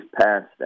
passed